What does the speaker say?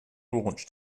launched